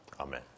Amen